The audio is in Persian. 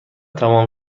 تمام